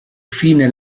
fine